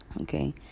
okay